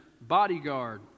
bodyguard